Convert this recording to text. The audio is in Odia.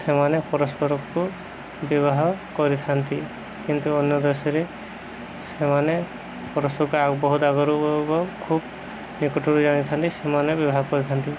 ସେମାନେ ପରସ୍ପରକୁ ବିବାହ କରିଥାନ୍ତି କିନ୍ତୁ ଅନ୍ୟ ଦେଶରେ ସେମାନେ ପରସ୍ପରକୁ ବହୁତ ଆଗରୁ ଖୁବ୍ ନିକଟରୁ ଜାଣିଥାନ୍ତି ସେମାନେ ବିବାହ କରିଥାନ୍ତି